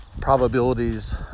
probabilities